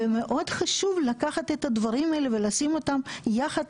ומאוד חשוב לקחת את הדברים האלה ולשים אותם יחד